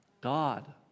God